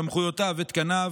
סמכויותיו ותקניו,